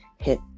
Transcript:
Hit